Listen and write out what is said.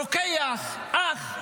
רוקח, אח,